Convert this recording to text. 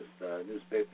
newspaper